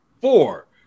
four